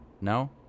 No